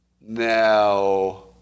Now